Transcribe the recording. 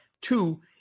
Two